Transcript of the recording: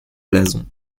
blason